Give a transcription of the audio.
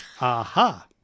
Aha